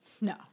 no